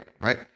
right